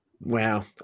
Wow